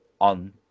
on